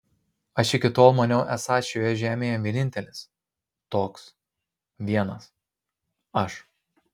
aš iki tol maniau esąs šioje žemėje vienintelis toks vienas aš